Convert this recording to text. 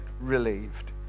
relieved